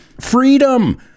freedom